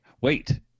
Wait